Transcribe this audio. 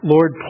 Lord